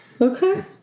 Okay